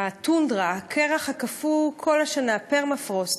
הטונדרה, הקרח הקפוא כל השנה, פרמה-פרוסט,